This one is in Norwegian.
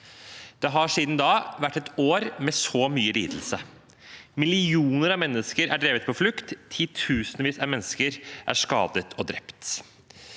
Det har siden da vært et år med mye lidelse. Millioner av mennesker er drevet på flukt, titusenvis av mennesker er skadet og drept.